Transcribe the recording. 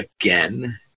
again